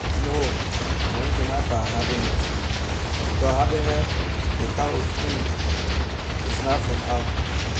No money can not buy happiness because happiness a come within it not from out.